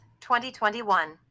2021